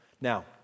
Now